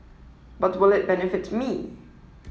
but will it benefit me